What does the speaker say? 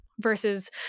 Versus